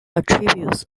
attributes